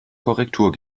korrektur